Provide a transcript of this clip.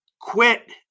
quit